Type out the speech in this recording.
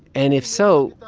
and if so,